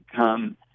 come